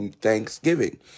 Thanksgiving